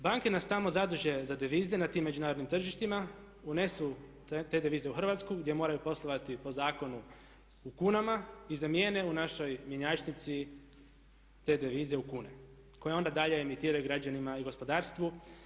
Banke nas tamo zaduže za devize na tim međunarodnim tržištima, unesu te devize u Hrvatsku gdje moraju poslovati po zakonu u kunama i zamijene u našoj mjenjačnici te devize u kune koje onda dalje emitiraju građanima i gospodarstvu.